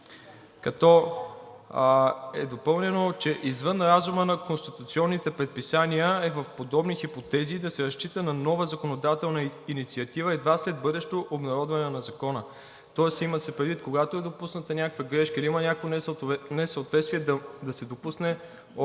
като е допълнено, че „извън разума на конституционните предписания е в подобни хипотези да се разчита на нова законодателна инициатива едва след бъдещо обнародване на закона“, тоест има се предвид, когато е допусната някаква грешка или има някакво несъответствие, да се допусне още